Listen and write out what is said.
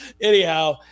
Anyhow